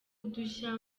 udushya